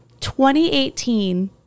2018